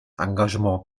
engagement